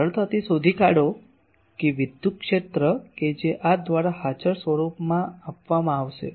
સરળતાથી શોધી કાઢો કે વિદ્યુત ક્ષેત્ર કે જે આ દ્વારા હાજર સ્વરૂપમાં આપવામાં આવશે